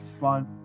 fun